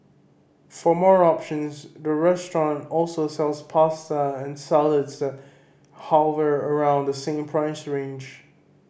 for more options the restaurant also sells pasta and salads that hover around the same price range